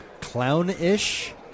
clownish